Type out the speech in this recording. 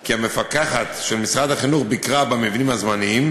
כי המפקחת של משרד החינוך ביקרה במבנים הזמניים